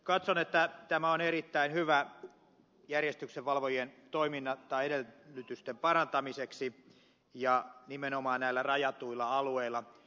katson että tämä on erittäin hyvä järjestyksenvalvojien toimintaedellytysten parantamiseksi ja nimenomaan näillä rajatuilla alueilla